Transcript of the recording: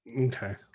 Okay